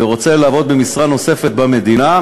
ורוצה לעבוד במשרה נוספת במדינה,